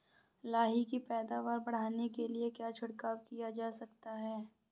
लाही की पैदावार बढ़ाने के लिए क्या छिड़काव किया जा सकता है?